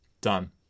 Done